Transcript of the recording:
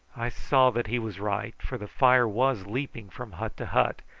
i saw that he was right, for the fire was leaping from hut to hut,